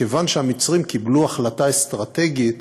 כיוון שהמצרים קיבלו החלטה אסטרטגית